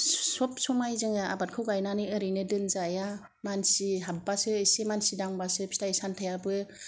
सब समाय जोङो आबादखौ गायनानै ओरैनो दोनजाया मानसि हाबबासो एसे मानसि दांबासो फिथाइ सामथाइयाबो